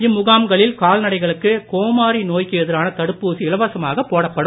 இம்முகாம்களில் கால்நடைகளுக்கு கோமாரி நோய்க்கு எதிரான தடுப்பூசி இலவசமாகப் போடப்படும்